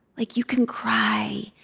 like you can cry.